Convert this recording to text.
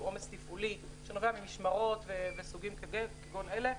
עומס תפעולי שנובע ממשמרות וסוגים כגון אלה.